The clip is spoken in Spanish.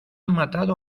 matado